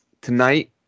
tonight